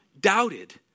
doubted